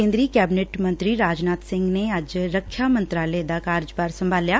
ਕੇਂਦਰੀ ਕੈਬਨਿਟ ਮੰਤਰੀ ਰਾਜਨਾਥ ਸਿੰਘ ਨੇ ਅੱਜ ਰੱਖਿਆ ਮੰਤਰਾਲੇ ਦਾ ਕਾਰਜਭਾਰ ਸੰਭਾਲਿਆ